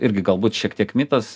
irgi galbūt šiek tiek mitas